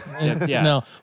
no